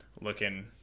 looking